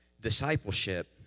discipleship